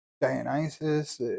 Dionysus